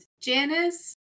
Janice